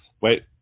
Wait